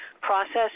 process